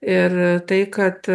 ir tai kad